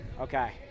Okay